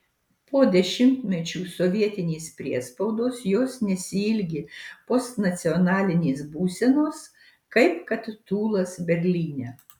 po dešimtmečių sovietinės priespaudos jos nesiilgi postnacionalinės būsenos kaip kad tūlas berlyne